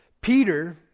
Peter